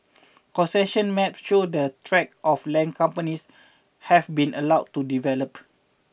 concession maps show the tracts of land companies have been allowed to develop